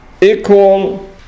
equal